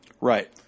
Right